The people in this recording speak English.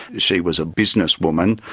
she was a businesswoman,